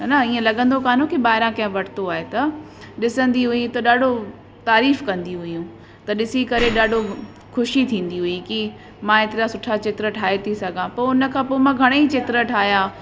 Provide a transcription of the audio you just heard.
हा न ईअं लॻंदो कोन हो कि ॿाहिरां कंहिं वरितो आहे त ॾिसंदी हुई त ॾाढो तारीफ़ु कंदी हुयूं त ॾिसी करे ॾाढो ख़ुशी थींदी हुई कि मां हेतिरा सुठा चित्र ठाहे थी सघां पोइ हुन खां पोइ मां घणेई चित्र ठाहिया